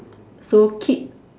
so keep